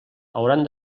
hauran